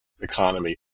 economy